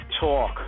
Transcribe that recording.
talk